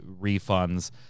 refunds